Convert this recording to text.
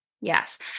Yes